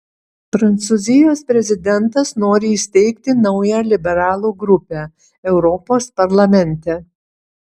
prancūzijos prezidentas nori įsteigti naują liberalų grupę europos parlamente